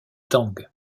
tang